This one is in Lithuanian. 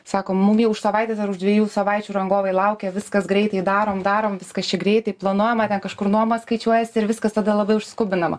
sako mum jau už savaitės ar už dviejų savaičių rangovai laukia viskas greitai darom darom viskas čia greitai planuojama ten kažkur nuoma skaičiuojasi ir viskas tada labai užskubinama